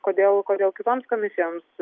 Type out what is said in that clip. kodėl kodėl kitoms komisijoms